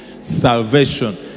salvation